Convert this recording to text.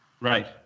Right